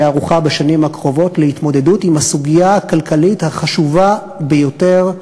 ערוכה בשנים הקרובות להתמודדות עם הסוגיה הכלכלית החשובה ביותר,